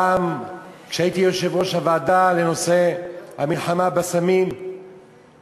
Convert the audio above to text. פעם כשהייתי יושב-ראש הוועדה לנושא המלחמה בסמים,